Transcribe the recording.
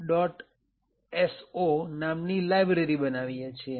so નામની library બનાવીએ છીએ